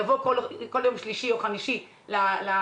תבוא כל יום שלישי או חמישי למשטרה,